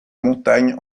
montagne